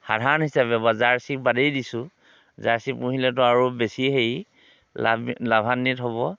সাধাৰণ হিচাপে বা জাৰ্চী বাদেই দিছোঁ জাৰ্চী পুহিলেতো আৰু বেছি হেৰি লাভ লাভান্বিত হ'ব